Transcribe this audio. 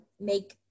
make